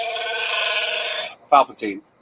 Palpatine